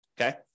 Okay